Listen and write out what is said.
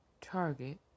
target